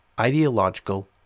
ideological